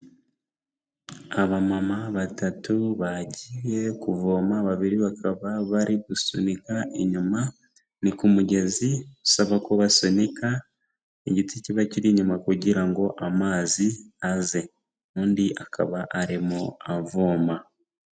Abamama batatu bagiye kuvoma, babiri bakaba bari gusunika inyuma, ni ku mugezi usaba ko basunika igiti kiba kiri inyuma kugira ngo amazi aze, undi akaba arimo avoma.